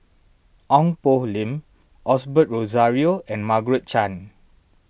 Ong Poh Lim Osbert Rozario and Margaret Chan